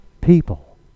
people